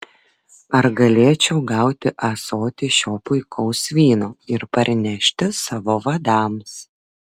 ar galėčiau gauti ąsotį šio puikaus vyno ir parnešti savo vadams